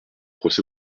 procès